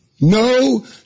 No